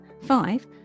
five